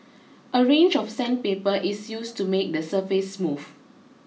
a range of sandpaper is used to make the surface smooth